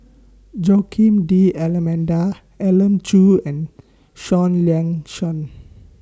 Joaquim D'almeida Elim Chew and Seah Liang Seah